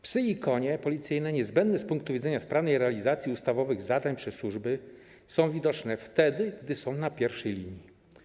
Psy i konie policyjne, niezbędne z punktu widzenia sprawnej realizacji ustawowych zadań przez służby, są widoczne wtedy, gdy znajdują się na pierwszej linii.